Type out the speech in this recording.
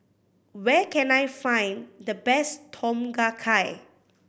where can I find the best Tom Kha Gai